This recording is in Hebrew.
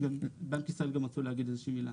גם בנק ישראל רצה לומר מילה.